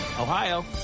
Ohio